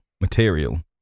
material